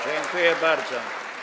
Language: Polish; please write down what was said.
Dziękuję bardzo.